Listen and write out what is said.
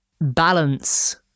balance